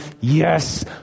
yes